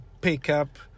pickup